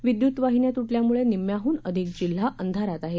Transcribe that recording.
विद्यूत वाहिन्या तुटल्यामुळे निम्याहून अधिक जिल्हा अंधारात आहे